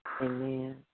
Amen